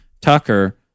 Tucker